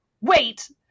wait